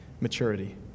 maturity